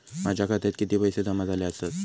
माझ्या खात्यात किती पैसे जमा झाले आसत?